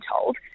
told